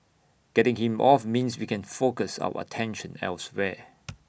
getting him off means we can focus our attention elsewhere